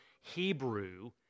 Hebrew